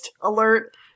Alert